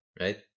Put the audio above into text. right